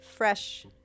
fresh